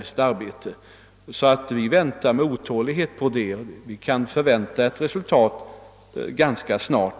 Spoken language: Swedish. Vi avvaktar med iver resultatet av kommitténs arbete, och detta kan som sagt väntas ganska snart.